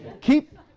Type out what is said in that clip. Keep